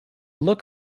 look